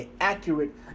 accurate